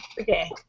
Okay